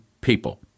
people